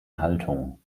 haltung